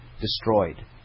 destroyed